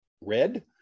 red